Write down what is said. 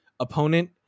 opponent